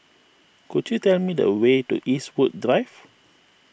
could you tell me the way to Eastwood Drive